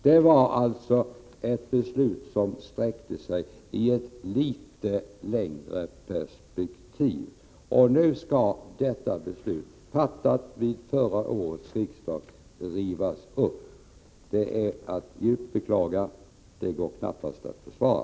Det var alltså ett beslut som sträckte sig litet längre. Nu skall detta beslut, fattat under förra riksmötet, rivas upp. Detta är djupt beklagligt och går knappast att försvara.